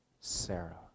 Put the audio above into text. Sarah